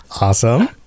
Awesome